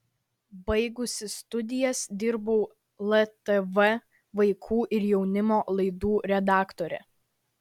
baigusi studijas dirbau ltv vaikų ir jaunimo laidų redaktore